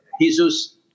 Jesus